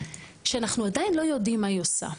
שאנחנו עדיין לא יודעים מה היא עושה,